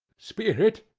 spirit,